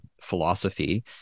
philosophy